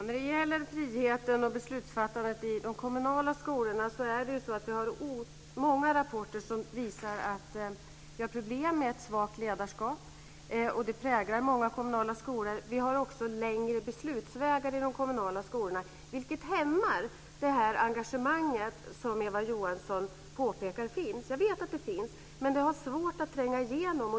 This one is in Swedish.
Många rapporter visar att det finns problem med ett svagt ledarskap som präglar många kommunala skolor. Det är också längre beslutsvägar i de kommunala skolorna vilket hämmar det engagemang som Eva Johansson påpekar finns. Jag vet att det finns. Men det har svårt att tränga igenom.